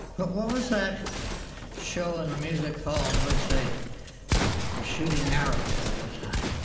but what was that show in a music hall in which they were shooting arrows all the time?